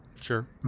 Sure